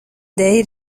day